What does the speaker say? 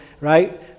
right